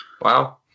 Wow